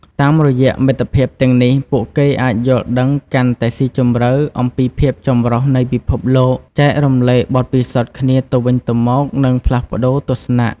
តាមរយៈមិត្តភាពទាំងនេះ ពួកគេអាចយល់ដឹងកាន់តែស៊ីជម្រៅអំពីភាពចម្រុះនៃពិភពលោក ចែករំលែកបទពិសោធន៍គ្នាទៅវិញទៅមក និងផ្លាស់ប្ដូរទស្សនៈ។